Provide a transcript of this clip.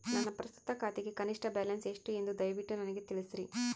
ನನ್ನ ಪ್ರಸ್ತುತ ಖಾತೆಗೆ ಕನಿಷ್ಠ ಬ್ಯಾಲೆನ್ಸ್ ಎಷ್ಟು ಎಂದು ದಯವಿಟ್ಟು ನನಗೆ ತಿಳಿಸ್ರಿ